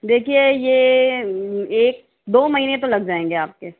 देखिए ये एक दो महीने तो लग जाएंगे आपके